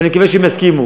ואני מקווה שהם יסכימו,